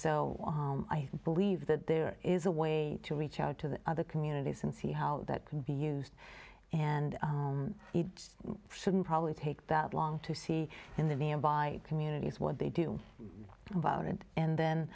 so i believe that there is a way to reach out to other communities and see how that could be used and it shouldn't probably take that long to see in the van by communities what they do about it and then